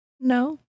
No